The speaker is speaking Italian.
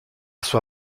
sua